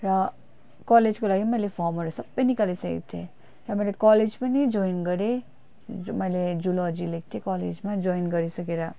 र कलेजको लागि पनि मैले फर्महरू सबै निकालिसकेको थिएँ अन्त मैले कलेज पनि जोइन गरेँ मैले जुलोजी लिएको थिएँ कलेजमा जोइन गरिसकेर